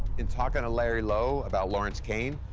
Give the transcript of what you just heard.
in talking to larry lowe about lawrence kane,